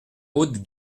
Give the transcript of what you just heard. haute